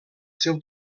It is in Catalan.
seu